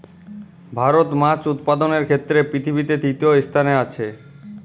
ভারত মাছ উৎপাদনের ক্ষেত্রে পৃথিবীতে তৃতীয় স্থানে আছে